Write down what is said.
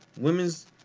women's